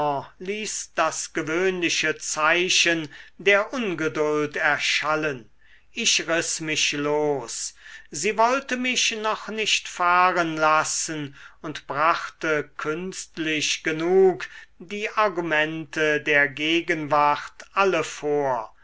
ließ das gewöhnliche zeichen der ungeduld erschallen ich riß mich los sie wollte mich noch nicht fahren lassen und brachte künstlich genug die argumente der gegenwart alle vor